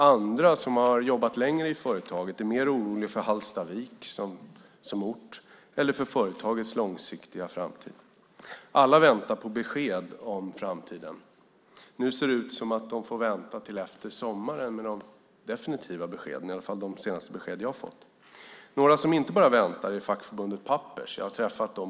Andra som har jobbat längre i företaget är mer oroliga för Hallstavik som ort eller för företagets långsiktiga framtid. Alla väntar på besked om framtiden. Nu ser det ut som att de får vänta till efter sommaren på de definitiva beskeden, i alla fall enligt de senaste besked jag fått. Några som inte bara väntar är fackförbundet Pappers. Jag har träffat dem.